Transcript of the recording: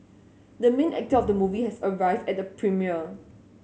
the main actor of the movie has arrived at the premiere